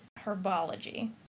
herbology